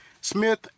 Smith